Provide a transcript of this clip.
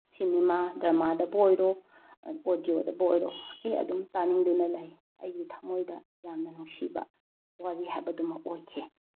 cinema ꯗ꯭ꯔꯃꯥꯗꯕꯨ ꯑꯣꯏꯔꯣ ꯑꯣꯗꯤꯑꯣꯗꯕꯨ ꯑꯣꯏꯔꯣ ꯑꯩ ꯑꯗꯨꯝ ꯇꯥꯅꯤꯡꯗꯨꯅ ꯂꯩ ꯑꯩꯒꯤ ꯊꯝꯃꯣꯏꯗ ꯌꯥꯝꯅ ꯅꯨꯡꯁꯤꯕ ꯋꯥꯔꯤ ꯍꯥꯏꯕꯗꯨ ꯑꯃ ꯑꯣꯏꯈꯤ